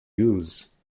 use